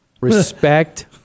respect